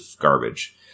garbage